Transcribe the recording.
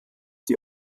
die